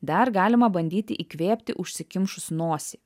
dar galima bandyti įkvėpti užsikimšus nosį